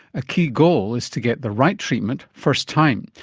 a key goal is to get the right treatment first time,